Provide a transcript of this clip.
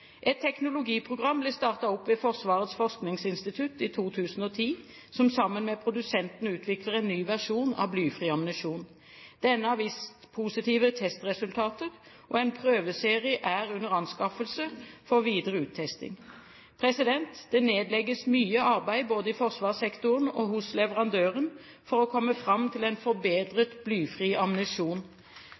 Et teknologiprogram ble i 2010 startet opp ved Forsvarets forskningsinstitutt, som sammen med produsenten utvikler en ny versjon av blyfri ammunisjon. Denne har vist positive testresultater, og en prøveserie er under anskaffelse for videre uttesting. Det nedlegges mye arbeid både i forsvarssektoren og hos leverandøren for å komme fram til en forbedret blyfri ammunisjon.